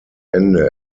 ende